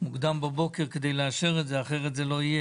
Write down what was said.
מוקדם בבוקר כדי לאשר את זה, אחרת זה לא יהיה.